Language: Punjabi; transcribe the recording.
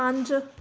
ਪੰਜ